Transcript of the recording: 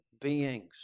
beings